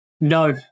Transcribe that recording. No